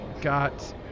got